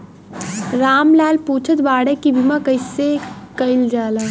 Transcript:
राम लाल पुछत बाड़े की बीमा कैसे कईल जाला?